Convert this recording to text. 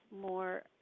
more